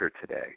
today